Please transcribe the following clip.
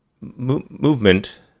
movement